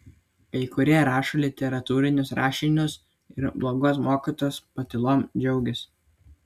kai kurie rašo literatūrinius rašinius ir blogos mokytojos patylom džiaugiasi